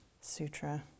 Sutra